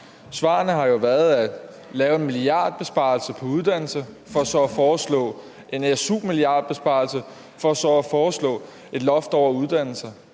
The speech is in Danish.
Svarene har jo været at lave en milliardbesparelse på uddannelse for så at foreslå en SU-milliardbesparelse,